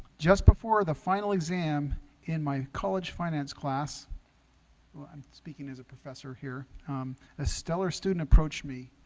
just before the final exam in my college finance class well, i'm speaking as a professor here a stellar student approached me.